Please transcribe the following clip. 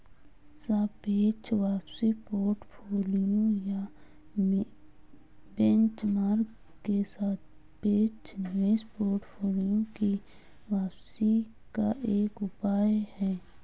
सापेक्ष वापसी पोर्टफोलियो या बेंचमार्क के सापेक्ष निवेश पोर्टफोलियो की वापसी का एक उपाय है